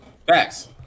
facts